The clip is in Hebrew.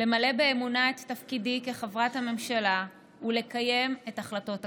למלא באמונה את תפקידי כחברת הממשלה ולקיים את החלטות הכנסת.